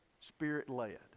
Spirit-led